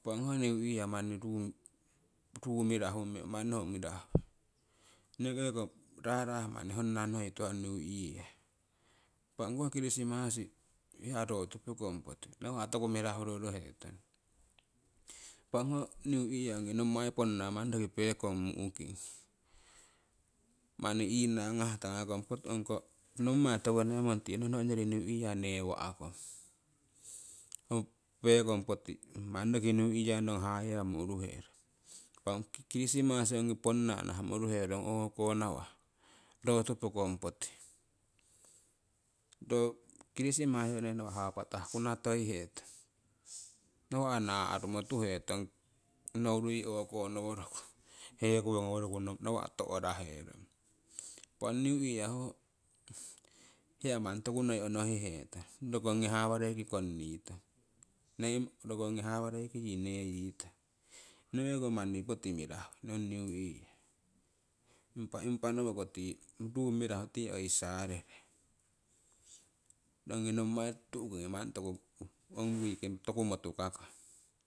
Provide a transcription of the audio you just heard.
impa ong ho niu year ho manni ruu mirahu meng manni ho mirahu enekeko rarah manni honna noi tuhah ong niu year impa ongkoh chrisimasi hia rotu pookong poti nawa' toku mirahu rorohetong impa ongho niu year ongi nommai poona pekong muhking manni inangah tangakong ongko nommai toku neumong tinohno ongyori niu year newakong ho peekong poti manni rokii niu year ngong haye wamo uruhe rong. Ong chrisimasi ongi ponna nahamo uruherong o'ko nawa' rotu pokong poti ro chrisimasi kori nawa' hapatah kunatoi hetong, nawa' naa'rumo tuhetong, nouru yii o'ko ngoworoku, hekowo ngoworoku nawa' to'raherong. Impah ong niu year ho hia manni toku noi onohihetong rokongi hawareiki konni tong rokong hawarieki neeyitong. Enekeko manni poti mirahu ong niu year impa nowoko tii ruu mirahu tii oii sarere ongi nommai tu'kingii manni toku motukake.